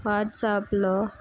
వాట్సాప్లో